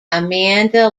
amanda